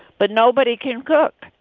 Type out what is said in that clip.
but nobody can cook.